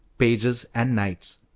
pages, and knights.